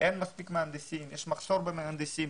שאין מספיק מהנדסים ויש מחסור במהנדסים.